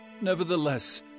Nevertheless